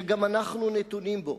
שגם אנחנו נתונים בו.